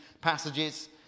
passages